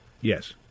Yes